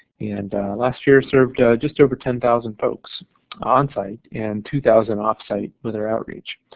and last year served just over ten thousand folks on site and two thousand off-site with our outreach.